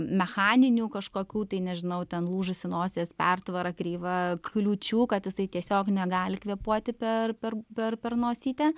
mechaninių kažkokių tai nežinau ten lūžusi nosies pertvara kreiva kliūčių kad jisai tiesiog negali kvėpuoti per per per per nosytę